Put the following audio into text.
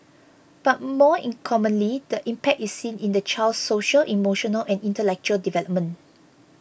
but more in commonly the impact is seen in the child's social emotional and intellectual development